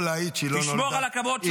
תשמור על הכבוד שלך.